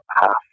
half